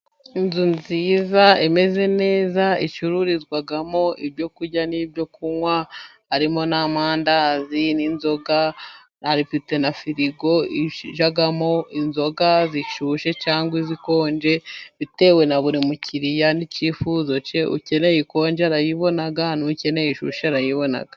Inzu nziza imeze neza icurizwamo ibyo kurya n'ibyo kunywa harimo n'amandazi, n'inzoga. Afite na firigo ijyamo inzoga zishyushye cyangwa izikonje bitewe na buri mukiriya n'icyifuzo cye. Ukeneye inkoje arayibona, n' ukeneye ishyushye arayibona.